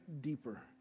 deeper